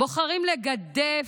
בוחרים לגדף,